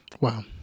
Wow